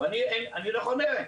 ואני לא חונה,